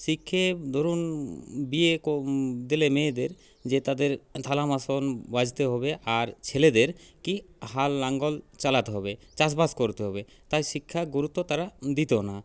শিখে ধরুন বিয়ে দিলে মেয়েদের যে তাদের থালা মাসন বাজতে হবে আর ছেলেদের কী হাল লাঙ্গল চালাতে হবে চাষ বাস করতে হবে তাই শিক্ষার গুরুত্ব তারা দিতো না